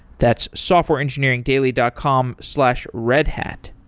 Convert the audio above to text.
that's softwareengineeringdaily dot com slash redhat.